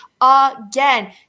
again